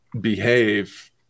behave